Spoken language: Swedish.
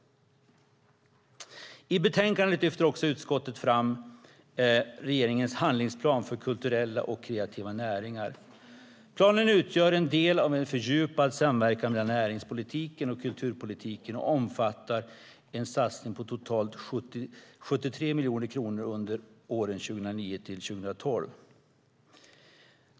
I betänkandet lyfter utskottet också fram regeringens handlingsplan för kulturella och kreativa näringar. Planen utgör en del av en fördjupad samverkan mellan näringspolitiken och kulturpolitiken och omfattar en satsning på totalt 73 miljoner kronor under åren 2009-2012.